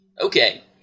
Okay